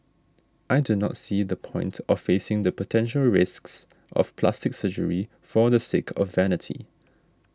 I do not see the point of facing the potential risks of plastic surgery for the sake of vanity